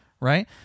Right